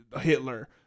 Hitler